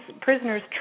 prisoners